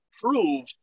prove